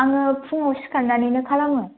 आङो फुङाव सिखारनानैनो खालामो